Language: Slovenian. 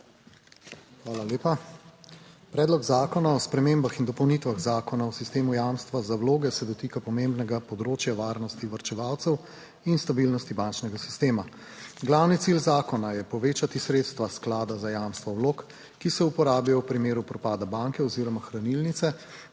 Hvala lepa. Predlog zakona o spremembah in dopolnitvah Zakona o sistemu jamstva za vloge se dotika pomembnega področja varnosti varčevalcev in stabilnosti bančnega sistema. Glavni cilj zakona je povečati sredstva sklada za jamstvo vlog, ki se uporabljajo v primeru propada banke oziroma hranilnice,